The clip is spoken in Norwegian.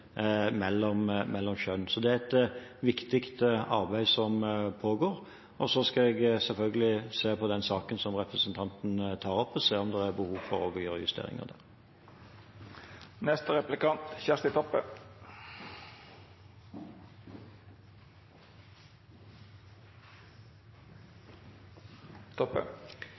mellom kjønn. Så det er et viktig arbeid som pågår, og så skal jeg selvfølgelig se på den saken som representanten tar opp og se om det er behov for å gjøre justeringer